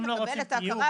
אנחנו נפרט את זה יותר,